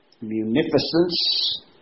munificence